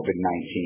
COVID-19